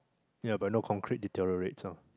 ya but no concrete deteriorates lah